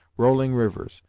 rolling rivers,